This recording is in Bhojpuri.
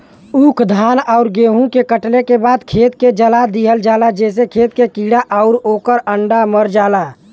ऊख, धान आउर गेंहू कटले के बाद खेत के जला दिहल जाला जेसे खेत के कीड़ा आउर ओकर अंडा मर जाला